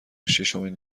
شیشمین